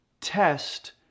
test